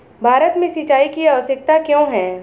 भारत में सिंचाई की आवश्यकता क्यों है?